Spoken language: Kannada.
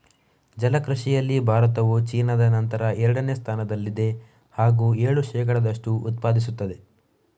ಜಲ ಕೃಷಿಯಲ್ಲಿ ಭಾರತವು ಚೀನಾದ ನಂತರ ಎರಡನೇ ಸ್ಥಾನದಲ್ಲಿದೆ ಹಾಗೂ ಏಳು ಶೇಕಡದಷ್ಟು ಉತ್ಪಾದಿಸುತ್ತದೆ